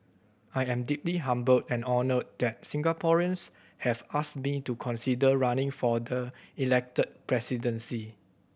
I am deeply humbled and honoured that Singaporeans have asked me to consider running for the Elected Presidency